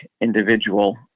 individual